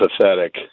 pathetic